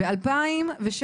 ב-2016